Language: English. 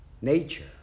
nature